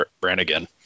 Brannigan